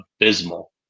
abysmal